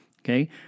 okay